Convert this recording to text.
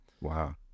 Wow